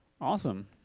Awesome